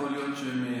יכול להיות שהם,